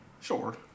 Sure